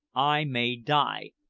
i may die,